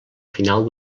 final